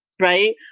right